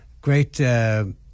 great